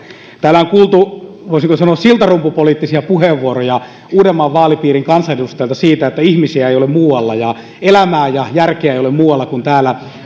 täällä on kuultu voisinko sanoa siltarumpupoliittisia puheenvuoroja uudenmaan vaalipiirin kansanedustajilta siitä että ihmisiä ei ole muualla ja elämää ja järkeä ei ole muualla kuin täällä